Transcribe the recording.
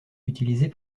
utiliser